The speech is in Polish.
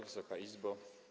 Wysoka Izbo!